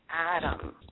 Adam